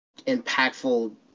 impactful